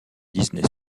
disney